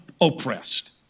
oppressed